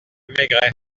maigret